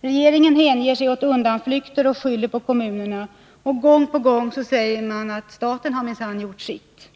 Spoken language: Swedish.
Regeringen kommer med undanflykter och skyller på kommunerna. Gång på gång säger man att staten minsann gjort sitt.